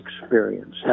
experience